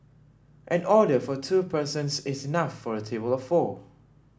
an order for two persons is enough for a table of four